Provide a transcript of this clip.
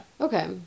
Okay